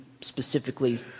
specifically